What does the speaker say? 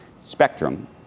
Spectrum